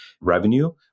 revenue